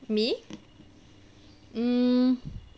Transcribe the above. me hmm